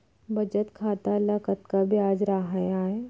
बचत खाता ल कतका ब्याज राहय आय?